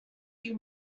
you